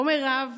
לא מירב,